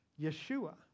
Yeshua